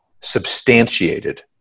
substantiated